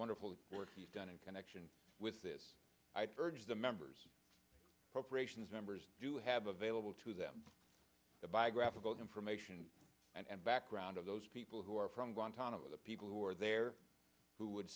wonderful work he's done in connection with this i'd urge the members appropriations members to have available to them the biographical information and background of those people who are from guantanamo or the people who are there who would